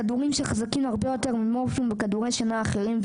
כדורים שחזקים הרבה יותר ממורפיום וכדורי שינה אחרים,